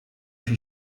się